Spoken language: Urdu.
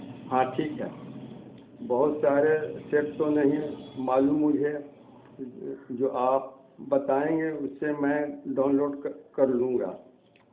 ہاں ٹھیک ہے بہت سارے سیٹ تو نہیں معلوم مجھے جو آپ بتائیں گے اس سے میں ڈاؤنلوڈ کر لوں گا